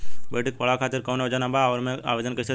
बेटी के पढ़ावें खातिर कौन योजना बा और ओ मे आवेदन कैसे दिहल जायी?